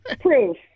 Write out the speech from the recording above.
Proof